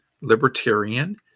libertarian